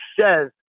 says